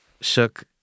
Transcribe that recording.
shook